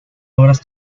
obras